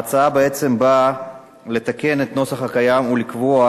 ההצעה באה לתקן את הנוסח הקיים ולקבוע